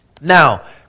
Now